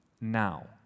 now